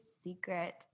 secret